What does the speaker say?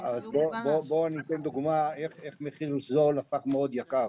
אז אני אתן דוגמה לאיך מחיר זול הפך מאוד יקר.